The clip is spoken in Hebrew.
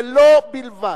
ולו בלבד.